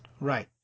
right